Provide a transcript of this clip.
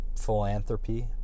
philanthropy